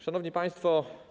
Szanowni Państwo!